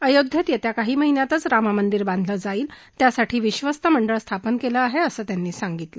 आयोध्येत येत्या काही महिन्यातच राममंदीर बांधलं जाईल त्यासाठी विश्वस्त मंडळ स्थापन केलं आहे असं त्यांनी सांगितलं